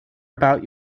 about